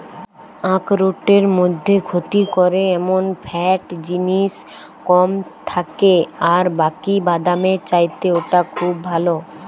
আখরোটের মধ্যে ক্ষতি করে এমন ফ্যাট জিনিস কম থাকে আর বাকি বাদামের চাইতে ওটা খুব ভালো